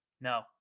no